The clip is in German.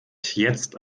jetzt